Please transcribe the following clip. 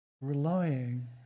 relying